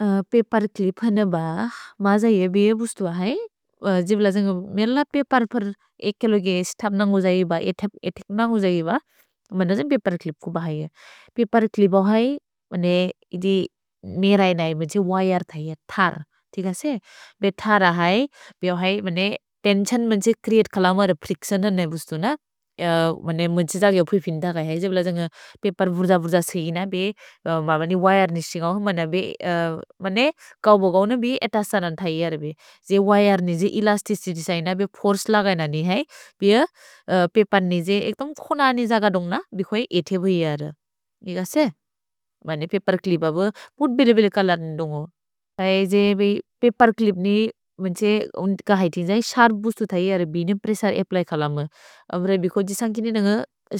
Paperclip हन ब, मज ये बे ए बुस्तु अहै, जिबिल जन्ग् मेल पपेर्पेर् एकेलोगे स्तब् नन्गु जहेब, एथेक् नन्गु जहेब, मन जे पपेर्च्लिप् को ब है। पपेर्च्लिप् अहै, मने इदि नेरै नहि, मेन्चे विरे थहि, थर्, तिक से? भे थर् अहै, बे अहै, मेने तेन्सिओन् मेन्चे च्रेअते कलम रे फ्रिच्तिओन् न ने बुस्तु न, मेने मेन्चे जगे अपुइफिन्द कह है, जिबिल जन्ग् पपेर्बुर्ज बुर्ज सिकिन, बे, मबनि विरे नि सिन्ग हो, मन बे, मने कओ बोगओ न बे, एत सनन् थहि अर बे। जे विरे नि जे एलस्तिचित्य् सैन, बे फोर्चे लगन ननि है, बे, पपेर् नि जे एक्तम् खुनने जग दुन्ग न, बिखोइ एथे भि अर, तिक से? मने पपेर्च्लिप् अबु, मुत् बिरे बिले कलदन् दुन्ग। थहि, जे बे, पपेर्च्लिप् नि, मेन्चे अहैति जन्ग् शर्प् बुस्तु थहि अर बे, ने प्रेस्सुरे अप्प्ल्य् कलम। अम्रे, बिकोजि सन्गिन नन,